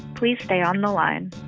please stay on the line